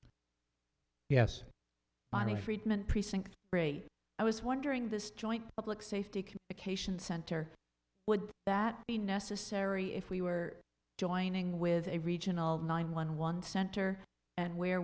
yes by me friedman precinct rate i was wondering this joint public safety occasion center would that be necessary if we were joining with a regional nine one one center and where